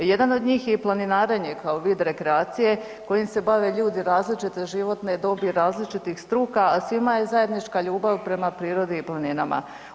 Jedan od njih je i planinarenje kao vid rekreacije kojim se bave ljudi različite životne dobi, različitih struka a svima je zajednička ljubav prema prirodi i planinama.